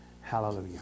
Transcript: Hallelujah